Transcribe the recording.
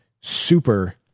super